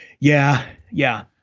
yeah, yeah.